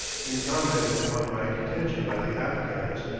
in commenting upon my detention by the afghans,